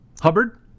Hubbard